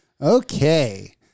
Okay